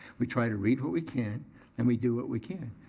we try to read what we can and we do what we can.